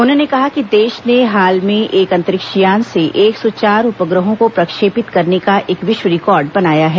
उन्होंने कहा कि देश ने हाल में एक अंतरिक्ष यान से एक सौ चार उपग्रहों को प्रक्षेपित करने का एक विश्व रिकॉर्ड बनाया है